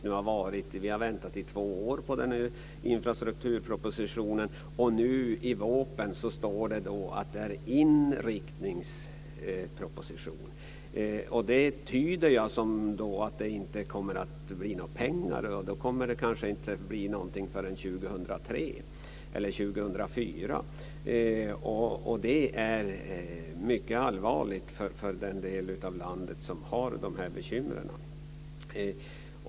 Nu har vi väntat i två år på infrastrukturpropositionen. I vårpropositionen står det att det är en inriktningsproposition. Det tolkar jag som att det inte kommer att bli några pengar förrän 2003 eller 2004. Det är mycket allvarligt för den del av landet som har dessa bekymmer.